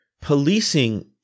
Policing